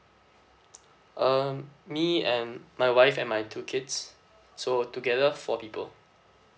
um me and my wife and my two kids so together four people